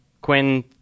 Quinn